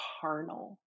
carnal